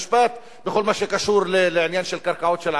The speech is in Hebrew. המשפט בכל מה שקשור לעניין של קרקעות של ערבים,